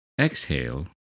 Exhale